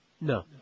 No